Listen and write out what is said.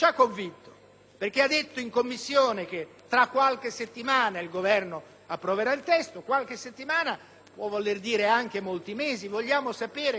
quando in Commissione ha riferito che tra qualche settimana il Governo approverà il testo. Qualche settimana può voler dire anche molti mesi; vogliamo sapere quando questo